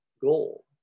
goal